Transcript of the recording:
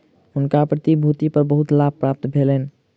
हुनका प्रतिभूति पर बहुत लाभ प्राप्त भेलैन